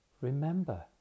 remember